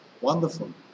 wonderful